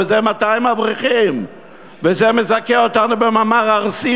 וזה 200 אברכים וזה מזכה אותנו במאמר ארסי,